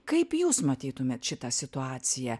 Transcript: kaip jūs matytumėt šitą situaciją